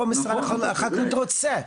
ופה משרד החקלאות רוצה,